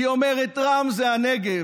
ואומרת רע"מ זה הנגב,